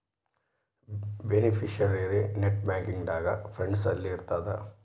beneficiary net banking ದಾಗ funds ಅಲ್ಲಿ ಇರ್ತದ